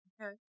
okay